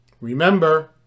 Remember